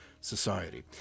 Society